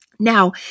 Now